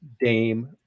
Dame